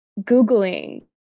Googling